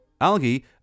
Algae